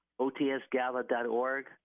otsgala.org